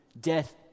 Death